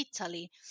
Italy